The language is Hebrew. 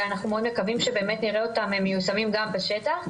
ואנחנו מאוד מקווים שבאמת נראה אותם מיושמים גם בשטח.